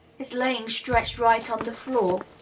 he's laying stretched right on the floor.